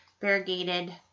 variegated